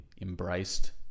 embraced